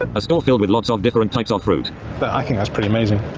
a store filled with lots of different types off fruit but i think as pretty amazing.